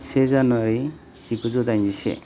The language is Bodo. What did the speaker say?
से जानुवारि जिगुजौ दाइनजिसे